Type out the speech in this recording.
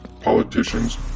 politicians